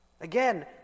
Again